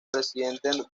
presidente